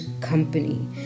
company